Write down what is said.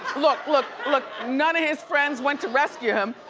look, look, look, none of his friends went to rescue him.